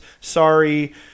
Sorry